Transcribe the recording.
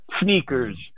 Sneakers